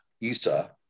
Isa